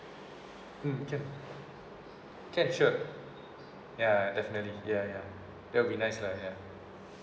mm can can sure ya definitely ya ya that will be nice lah ya